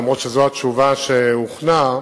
אף-על-פי שזאת התשובה שהוכנה.